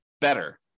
better